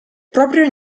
proprio